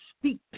speak